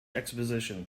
expedition